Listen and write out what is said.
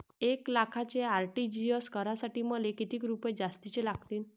एक लाखाचे आर.टी.जी.एस करासाठी मले कितीक रुपये जास्तीचे लागतीनं?